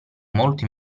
molto